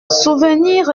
souvenirs